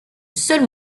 seul